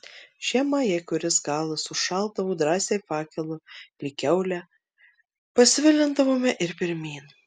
žiemą jei kuris galas užšaldavo drąsiai fakelu lyg kiaulę pasvilindavome ir pirmyn